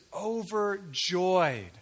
overjoyed